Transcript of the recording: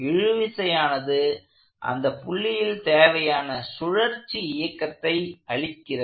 இழுவிசையானது அந்தப் புள்ளியில் தேவையான சுழற்சி இயக்கத்தை அளிக்கிறது